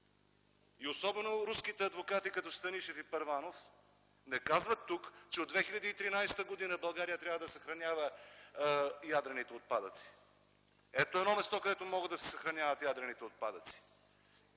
и особено руските адвокати като Станишев и Първанов – не казват тук, че от 2013 г. България трябва да съхранява ядрените отпадъци. Ето едно място, където могат да се съхраняват ядрените отпадъци.